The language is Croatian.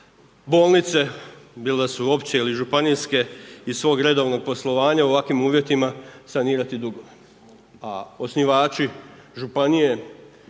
bolnice, bilo da su opće ili županijske iz svog redovnog poslovanja u ovakvim uvjetima sanirati dugove. A osnivači županije